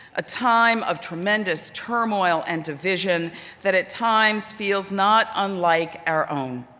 a time of tremendous turmoil and division that at times feels not unlike our own.